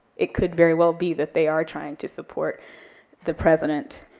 it could very well be that they are trying to support the president,